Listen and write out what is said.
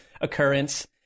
occurrence